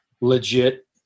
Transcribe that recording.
legit